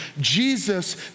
Jesus